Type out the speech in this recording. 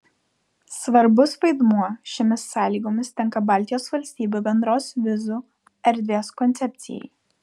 svarbus vaidmuo šiomis sąlygomis tenka baltijos valstybių bendros vizų erdvės koncepcijai